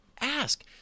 Ask